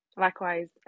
Likewise